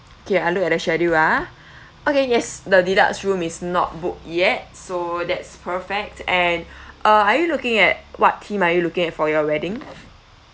okay I look at the schedule ah okay yes the deluxe room is not booked yet so that's perfect and uh are you looking at what theme are you looking at for your wedding